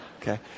Okay